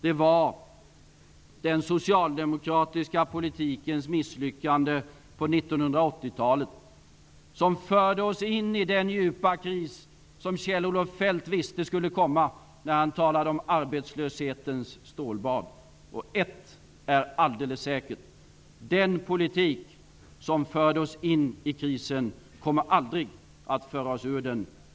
Det var den socialdemokratiska politikens misslyckande på 1980-talet som förde oss in i den djupa kris som Kjell-Olof Feldt visste skulle komma när han talade om arbetslöshetens stålbad. Ett är alldeles säkert; den politik som förde oss in i krisen kommer aldrig att föra oss ur den.